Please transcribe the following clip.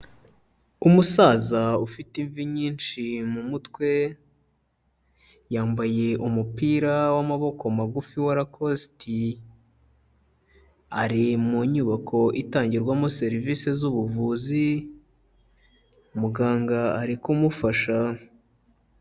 Umusaza ufite imvi nyinshi mu mutwe, yambaye umupira w'amaboko magufi wa rakositi, ari mu nyubako itangirwamo serivisi z'ubuvuzi, muganga ari kumufasha.